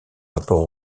rapport